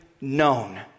known